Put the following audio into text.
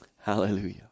Hallelujah